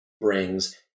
brings